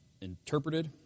interpreted